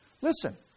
Listen